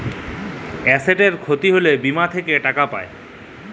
এসেটের খ্যতি হ্যলে বীমা থ্যাকে টাকা পাই